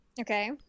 Okay